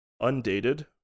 undated